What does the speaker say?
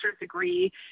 degree